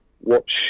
watch